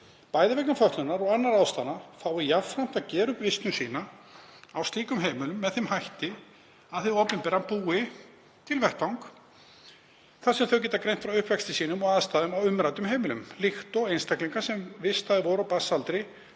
bæði vegna fötlunar og annarra ástæðna, fái jafnframt að gera upp vistun sína á slíkum heimilum með þeim hætti að hið opinbera búi til vettvang þar sem þau geta greint frá uppvexti sínum og aðstæðum á umræddum heimilum, líkt og einstaklingum sem vistaðir voru á barnsaldri